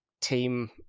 team